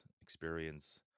experience